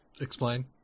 Explain